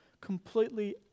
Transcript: completely